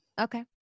Okay